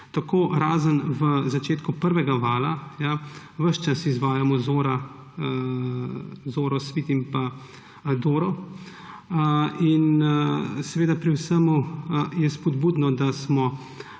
Tako razen v začetku prvega vala ves čas izvajamo Zoro, Svit in Doro. Pri vsem je spodbudno, da smo